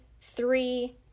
three